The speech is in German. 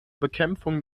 bekämpfung